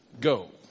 go